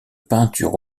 peinture